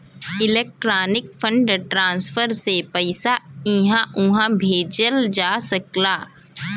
electronic fund transfer से पइसा इहां उहां भेजल जा सकला